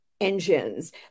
engines